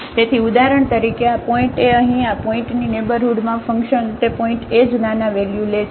તેથી ઉદાહરણ તરીકે આ પોઇન્ટએ અહીં આ પોઇન્ટની નેઇબરહુડમાં ફંકશન તે પોઇન્ટએ જ નાના વેલ્યુ લે છે